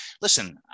listen